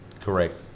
Correct